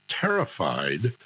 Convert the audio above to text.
terrified